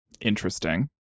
Interesting